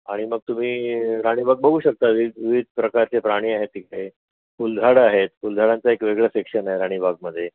आणि मग तुम्ही राणीबाग बघू शकता विविध विविध प्रकारचे प्राणी आहेत तिथे फुलझाडं आहेत फुलझाडांचं एक वेगळं सेक्शन आहे राणीबागमध्ये